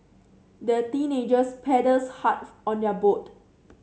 the teenagers paddled hard on their boat